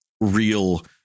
real